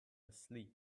asleep